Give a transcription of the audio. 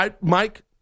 Mike